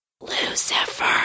Lucifer